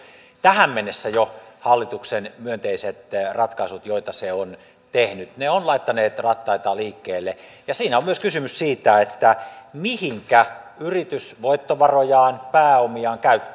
tähän mennessä tekemät myönteiset ratkaisut mitkä tässä keskustelussa on nyt moneen kertaan lueteltu ne ovat laittaneet rattaita liikkeelle ja siinä on kysymys myös siitä mihinkä yritys voittovarojaan pääomiaan käyttää käyttääkö